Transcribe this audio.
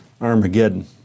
Armageddon